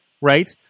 right